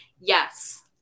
Yes